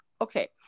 Okay